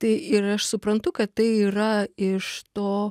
tai ir aš suprantu kad tai yra iš to